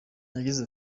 yagize